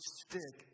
stick